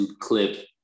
clip